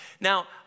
Now